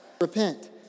Repent